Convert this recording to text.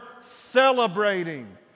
celebrating